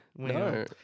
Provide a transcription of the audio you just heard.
No